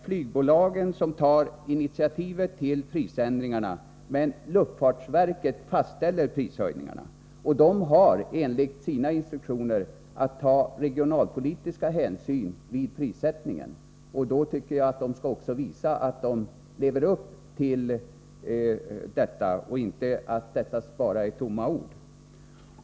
Flygbolagen tar initiativen till prisändringarna, men luftfartsverket fastställer prishöjningarna, och luftfartsverket har enligt sina instruktioner att ta regionalpolitiska hänsyn vid prissättningen. Jag tycker att luftfartsverket skall visa att man också lever upp till den målsättningen och inte låta detta bara vara tomma ord.